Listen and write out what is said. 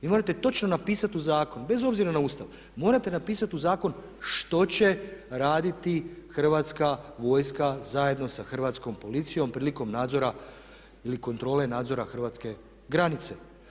Vi morate točno napisati u zakon, bez obzira na Ustav, morate napisati u zakon što će raditi Hrvatska vojska zajedno sa hrvatskom policijom prilikom nadzora ili kontrole nadzora hrvatske granice.